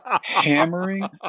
hammering